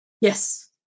Yes